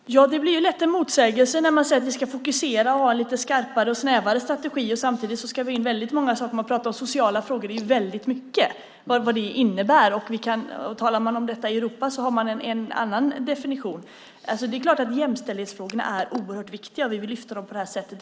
Herr talman! Det blir lätt en motsägelse när man säger att vi ska fokusera och ha lite skarpare och snävare strategier samtidigt som vi ska ha in många olika saker. Man pratar om sociala frågor. Det omfattar väldigt mycket. När man talar om det ute i Europa har de en annan definition. Det är klart att jämställdhetsfrågorna är oerhört viktiga, och vi vill lyfta fram dem.